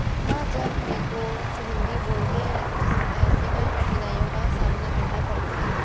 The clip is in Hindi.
हाँ जब मे को हिंदी बोलते या लिखते समय ऐसी कई कठिनाइयों का सामना करना पड़ता है